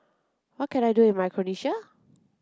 what can I do in Micronesia